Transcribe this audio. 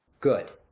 good!